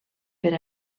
per